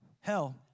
hell